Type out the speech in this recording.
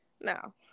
no